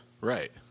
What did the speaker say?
Right